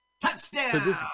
Touchdown